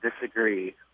disagree